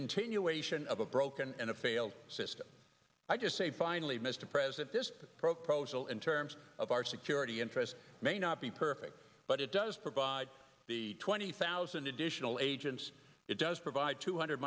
continuation of a broken and a failed system i just say finally mr president this proposal in terms of our security interests may not be perfect but it does provide the twenty thousand additional agents it does provide two hundred